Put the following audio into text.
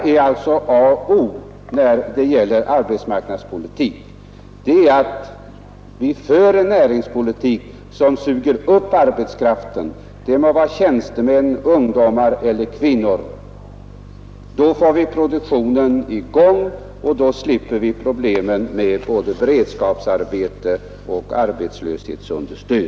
A och O när det gäller arbetsmarknadspolitik är alltså att vi för en näringspolitik som suger upp arbetskraften, det må vara tjänstemän, ungdomar eller kvinnor. Då får vi produktionen i gång, och då slipper vi problemen med både beredskapsarbete och arbetslöshetsunderstöd.